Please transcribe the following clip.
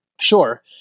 Sure